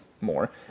more